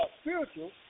spiritual